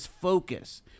focus